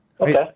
Okay